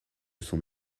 son